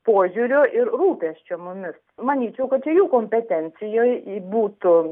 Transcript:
požiūrio ir rūpesčio mumis manyčiau kad čia jų kompetencijoj būtų